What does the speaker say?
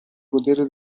godere